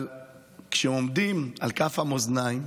אבל כשעומדים על כף המאזניים